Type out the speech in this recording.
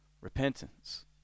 Repentance